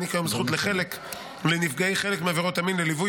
מעניק היום זכות לנפגעי חלק מעבירות המין לליווי,